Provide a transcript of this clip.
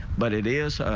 but it is